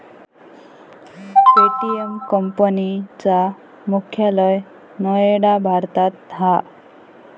Paytm company चा मुख्यालय नोएडा भारतात हा